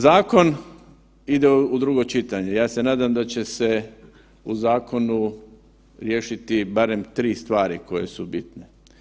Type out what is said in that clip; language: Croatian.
Zakon ide u drugo čitanje, ja se nadam da će se u zakonu riješiti barem tri stvari koje su bitne.